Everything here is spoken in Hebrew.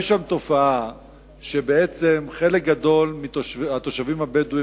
יש שם תופעה שבעצם חלק גדול מהתושבים הבדואים,